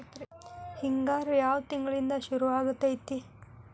ಹಿಂಗಾರು ಯಾವ ತಿಂಗಳಿನಿಂದ ಶುರುವಾಗತೈತಿ?